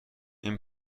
این